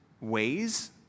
ways